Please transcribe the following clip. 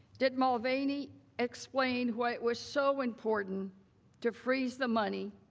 did mulvaney explain what was so important to freeze the money,